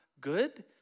good